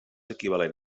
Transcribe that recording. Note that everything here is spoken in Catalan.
equivalent